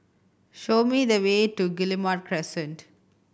show me the way to Guillemard Crescent